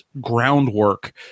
groundwork